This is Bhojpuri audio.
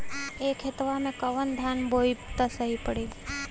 ए खेतवा मे कवन धान बोइब त सही पड़ी?